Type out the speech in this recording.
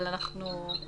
אבל אנחנו-